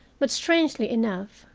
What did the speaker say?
but, strangely enough,